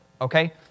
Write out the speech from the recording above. okay